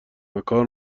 وکار